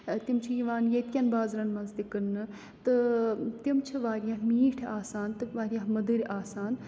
تِم چھِ یِوان ییٚتہِ کٮ۪ن بازرَن منٛز تہِ کٕنٛنہٕ تہٕ تِم چھِ واریاہ میٖٹھۍ آسان تہٕ واریاہ مٔدٕرۍ آسان